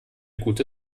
gute